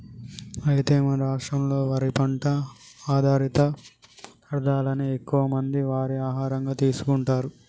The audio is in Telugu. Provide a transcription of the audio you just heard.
అయితే మన రాష్ట్రంలో వరి పంట ఆధారిత పదార్థాలనే ఎక్కువ మంది వారి ఆహారంగా తీసుకుంటారు